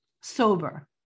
sober